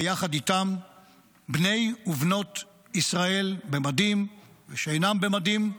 ויחד איתם בני ובנות ישראל, במדים ושאינם במדים,